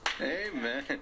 Amen